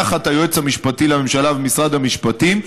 תחת היועץ המשפטי לממשלה ומשרד המשפטים,